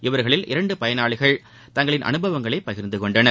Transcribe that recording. இவர்களில் இரண்டு பயனாளிகள் தங்களின் அனுபவங்களை பகிர்ந்து கொண்டனர்